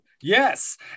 Yes